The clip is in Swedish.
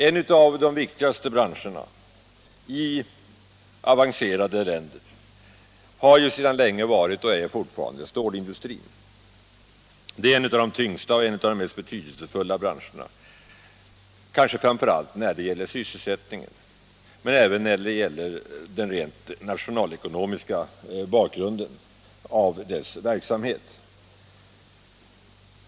En av de viktigaste branscherna i avancerade länder har sedan länge varit och är fortfarande stålindustrin. Det är en av de tyngsta och mest betydelsefulla branscherna, kanske framför allt när det gäller sysselsättningen men även då det gäller den rent nationalekonomiska bakgrunden för dess verksamhet.